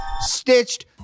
stitched